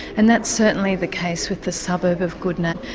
and that's certainly the case with the suburb of goodna.